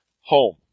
home